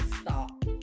stop